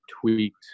tweaked